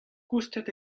koustet